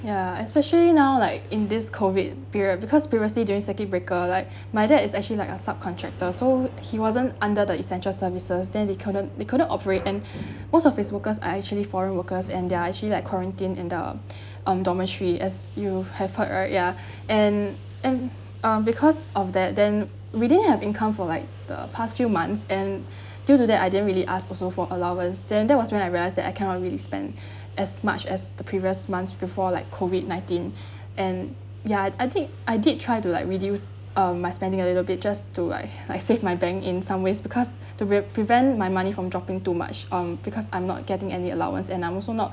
ya especially now like in this COVID period because previously during circuit breaker like my dad is actually like a sub contractor so he wasn't under the essential services then they couldn't they couldn't operate and most of his workers are actually foreign workers and they're actually like quarantined in the um dormitory as you have heard right ya and and uh because of that then we didn't have income for like the past few months and due to that I didn't really ask also for allowance than there was when I realized that I cannot really spend as much as the previous months before like COVID nineteen and yeah I did I did tried to like reduce uh my spending a little bit just to like I save my bank in some ways because to pre~ prevents my money from dropping too much on because I'm not getting any allowance and I'm also not